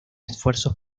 esfuerzos